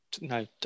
No